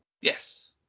Yes